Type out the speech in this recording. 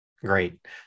great